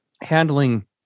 handling